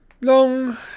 Long